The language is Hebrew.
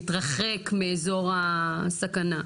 להתרחק מאזור הסכנה.